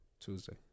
Tuesday